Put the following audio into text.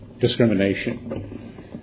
discrimination